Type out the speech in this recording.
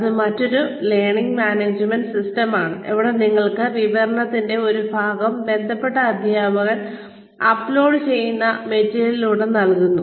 അത് മറ്റൊരു learning management സിസ്റ്റമാണ് അവിടെ നിങ്ങൾക്ക് വിവരത്തിന്റെ ഒരു ഭാഗം ബന്ധപ്പെട്ട അധ്യാപകൻ അപ്ലോഡ് ചെയ്യുന്ന മെറ്റീരിയലിലൂടെ നൽകുന്നു